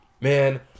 man